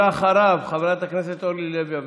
אחריו, חברת הכנסת אורלי לוי אבקסיס.